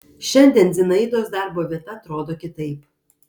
šiandien zinaidos darbo vieta atrodo kitaip